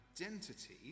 identity